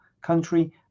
country